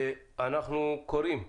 אנחנו קוראים,